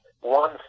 one